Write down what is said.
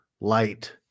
light